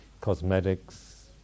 cosmetics